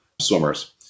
swimmers